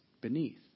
beneath